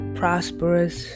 prosperous